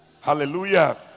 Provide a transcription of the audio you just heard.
Hallelujah